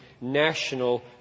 national